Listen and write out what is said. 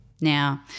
Now